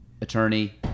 attorney